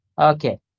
Okay